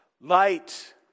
Light